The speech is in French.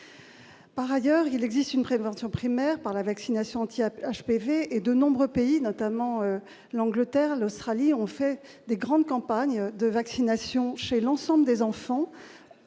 Par ailleurs, il existe une prévention primaire par la vaccination anti-appelle HPV et de nombreux pays, notamment l'Angleterre, l'Australie, on fait des grandes campagnes de vaccination chez l'ensemble des enfants,